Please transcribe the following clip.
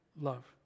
love